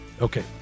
Okay